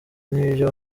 n’ibyo